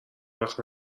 وقت